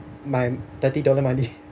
my thirty dollar money